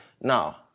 now